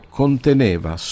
conteneva